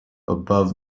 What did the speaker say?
above